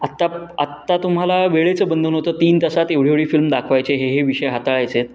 आत्ता आत्ता तुम्हाला वेळेचं बंधन होतं तीन तासात एवढी एवढी फिल्म दाखवायची आहे हे हे विषय हाताळायचे आहेत